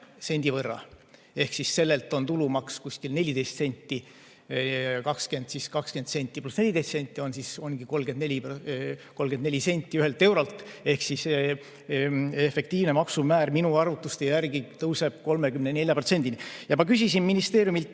sendi võrra. Ehk sellelt on tulumaks kuskil 14 senti. Siis 20 senti pluss 14 senti ongi 34 senti ühelt eurolt. Ehk siis see efektiivne maksumäär minu arvutuste järgi tõuseb 34%-ni. Ja ma küsisin ministeeriumilt